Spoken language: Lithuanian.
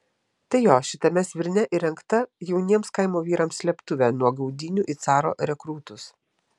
tai jo šitame svirne įrengta jauniems kaimo vyrams slėptuvė nuo gaudynių į caro rekrūtus